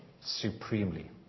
supremely